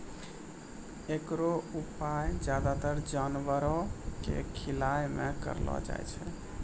एकरो उपयोग ज्यादातर जानवरो क खिलाय म करलो जाय छै